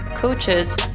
Coaches